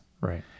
Right